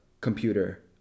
computer